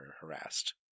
harassed